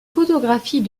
photographies